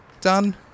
done